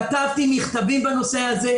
כתבתי מכתבים בנושא הזה,